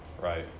Right